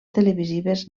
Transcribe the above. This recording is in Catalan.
televisives